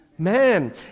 man